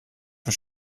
für